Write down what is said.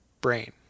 brain